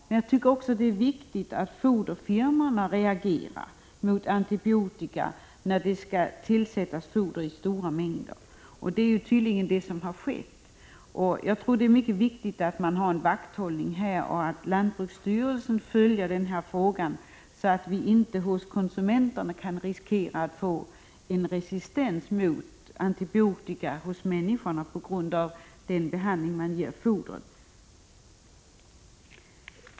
Det är viktigt att även foderfirmorna reagerar mot att antibiotika tillsätts i stora mängder, och det är tydligen också vad som har skett. Jag tror att det är mycket viktigt att det sker en vakthållning här och att lantbruksstyrelsen följer frågan, så att vi inte riskerar att människorna blir resistenta mot antibiotika på grund av den behandling man ger djurfodret.